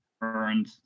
earned